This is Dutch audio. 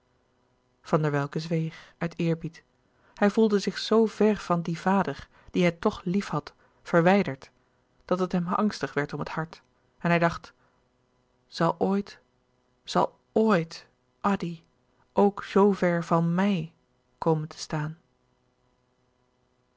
van der welcke zweeg uit eerbied hij voelde zich zoo ver van dien vader dien hij toch liefhad verwijderd dat het hem angstig werd om het hart en hij dacht zal ooit zal oit addy ook zoo ver van m i j komen te staan